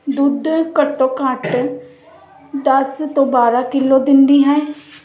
ਦੁੱਧ ਘੱਟੋ ਘੱਟ ਦਸ ਤੋਂ ਬਾਰ੍ਹਾਂ ਕਿਲੋ ਦਿੰਦੀ ਹੈ